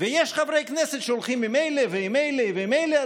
ויש חברי כנסת שהולכים עם אלה ועם אלה ועם אלה,